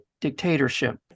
dictatorship